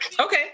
Okay